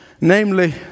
namely